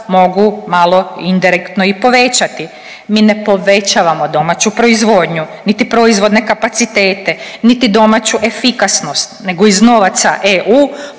mogu malo indirektno i povećati. Mi ne povećavamo domaću proizvodnju, niti proizvodne kapacitete, niti domaću efikasnost, nego iz novaca EU